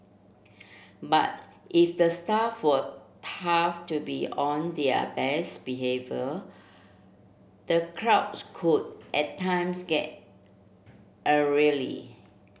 but if the staff were taught to be on their best behaviour the crowds could at times get